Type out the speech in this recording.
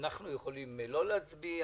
אנחנו יכולים לא להצביע?